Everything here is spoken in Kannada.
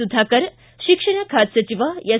ಸುಧಾಕರ್ ಶಿಕ್ಷಣ ಖಾತೆ ಸಚಿವ ಎಸ್